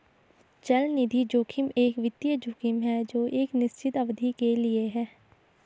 चलनिधि जोखिम एक वित्तीय जोखिम है जो एक निश्चित अवधि के लिए है